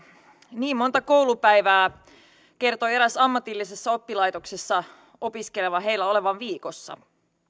niin monta koulupäivää kertoi eräs ammatillisessa oppilaitoksessa opiskeleva heillä olevan viikossa